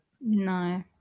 no